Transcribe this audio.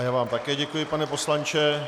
Já vám také děkuji, pane poslanče.